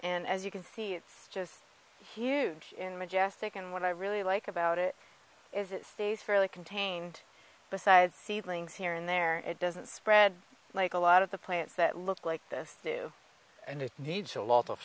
and as you can see it's just huge in the majestic and what i really like about it is it stays fairly contained besides seedlings here and there it doesn't spread like a lot of the plants that look like this do and it needs a lot of